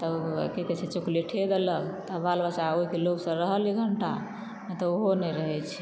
तब की कहै छै चोकलेटे वला बाल बच्चा ओहिके लोभ सॅं रहल एक घंटा नहि तऽ ओहो नहि रहै छै